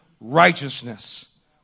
righteousness